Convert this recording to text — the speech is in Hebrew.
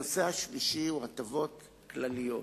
הנושא השלישי הוא הטבות כלליות.